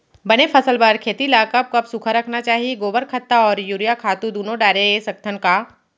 बने फसल बर खेती ल कब कब सूखा रखना चाही, गोबर खत्ता और यूरिया खातू दूनो डारे सकथन का?